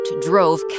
drove